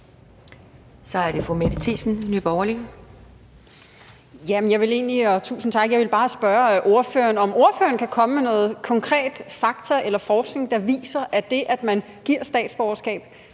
Kl. 12:39 Mette Thiesen (NB): Tusind tak. Jeg vil bare spørge, om ordføreren kan komme med nogle fakta eller konkret forskning, der viser, at det, at man giver statsborgerskab,